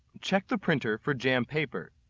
check the printer for jammed paper.